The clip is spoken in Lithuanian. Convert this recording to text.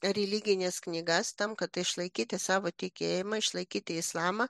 religines knygas tam kad išlaikyti savo tikėjimą išlaikyti islamą